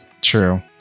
True